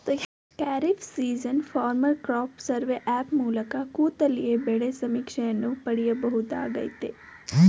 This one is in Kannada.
kharif season farmer crop survey app ಮೂಲಕ ಕೂತಲ್ಲಿಯೇ ಬೆಳೆ ಸಮೀಕ್ಷೆಯನ್ನು ಪಡಿಬೋದಾಗಯ್ತೆ